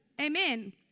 Amen